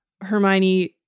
Hermione